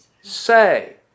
say